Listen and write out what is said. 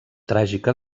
tràgica